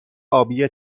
آبی